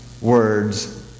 words